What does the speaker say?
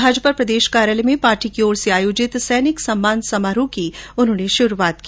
भाजपा प्रदेश कार्यालय में पार्टी की ओर से आयोजित सैनिक सम्मान समारोह की शुरूआत की